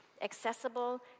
accessible